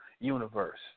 universe